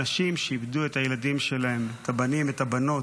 אנשים שאיבדו את הילדים, את הבנים, את הבנות,